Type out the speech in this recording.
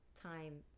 time